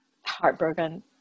Heartbroken